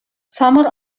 summers